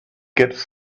gets